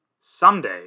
someday